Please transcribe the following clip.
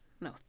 No